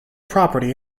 property